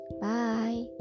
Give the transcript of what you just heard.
bye